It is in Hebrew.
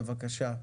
בבקשה.